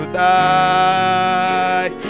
die